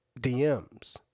DMs